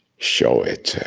show it